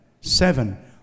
seven